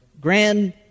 Grand